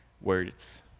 words